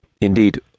Indeed